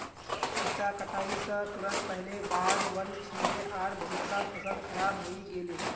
इता कटाई स तुरंत पहले बाढ़ वल छिले आर बहुतला फसल खराब हई गेले